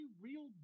real